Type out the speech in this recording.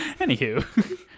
Anywho